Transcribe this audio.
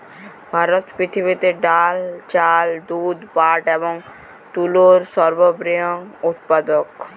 ভারত পৃথিবীতে ডাল, চাল, দুধ, পাট এবং তুলোর সর্ববৃহৎ উৎপাদক